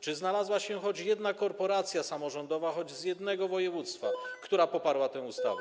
Czy znalazła się choć jedna korporacja samorządowa choćby z jednego województwa, która poparła tę ustawę?